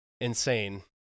insane